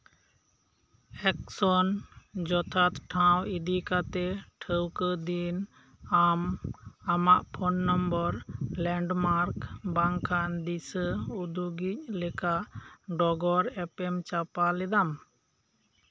action ᱡᱚᱛᱷᱟᱛ ᱴᱷᱟᱶ ᱤᱫᱤ ᱠᱟᱛᱮᱜ ᱴᱷᱟᱣᱠᱟᱹ ᱫᱤᱱ ᱟᱢ ᱟᱢᱟᱜ ᱯᱷᱳᱱ ᱱᱚᱢᱵᱚᱨ ᱞᱮᱱᱰᱢᱟᱨᱠ ᱵᱟᱝᱠᱷᱟᱱ ᱫᱤᱥᱟᱹ ᱩᱫᱩᱜᱤᱡ ᱞᱮᱠᱟ ᱰᱚᱜᱚᱨ ᱮᱯᱮᱢ ᱪᱟᱯᱟᱞ ᱮᱫᱟᱢ